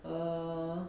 err